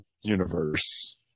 universe